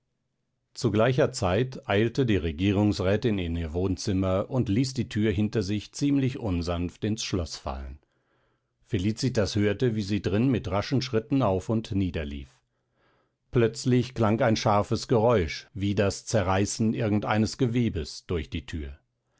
zu gleicher zeit eilte die regierungsrätin in ihr wohnzimmer und ließ die thür hinter sich ziemlich unsanft ins schloß fallen felicitas hörte wie sie drin mit raschen schritten auf und nieder lief plötzlich klang ein scharfes geräusch wie das zerreißen irgend eines gewebes durch die thür